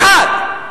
אחד,